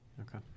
okay